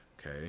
okay